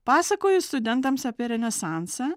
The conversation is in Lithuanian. pasakoju studentams apie renesansą